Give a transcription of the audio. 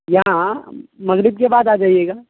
یہاں مغرب کے بعد آ جائیے گا